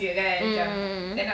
mm mm mm mm